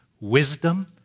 Wisdom